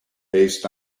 based